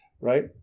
right